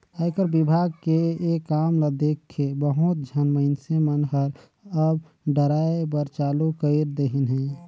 आयकर विभाग के ये काम ल देखके बहुत झन मइनसे मन हर अब डराय बर चालू कइर देहिन हे